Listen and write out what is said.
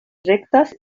rectas